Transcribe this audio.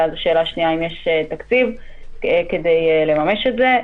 ואז השאלה השנייה האם יש תקציב כדי לממש את זה.